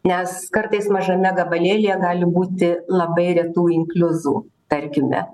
nes kartais mažame gabalėlyje gali būti labai retų inkliuzų tarkime